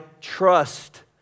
trust